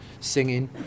singing